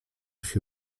się